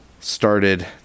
started